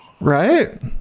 Right